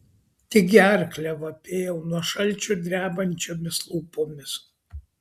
tik gerklę vapėjau nuo šalčio drebančiomis lūpomis